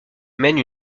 mène